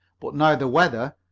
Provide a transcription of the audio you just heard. but now the weather,